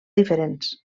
diferents